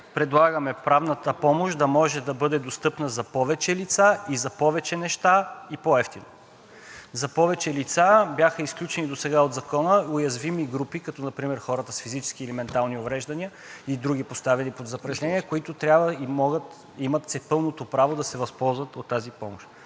предлагаме правната помощ да може да бъде достъпна за повече лица и за повече неща, и по-евтино. За повече лица бяха изключени досега от Закона уязвими групи, като например хората с физически или ментални увреждания, и други, поставени под запрещение, които трябва и могат, и имат пълното правото да се възползват от тази помощ.